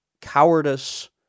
cowardice